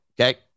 okay